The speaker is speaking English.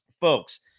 folks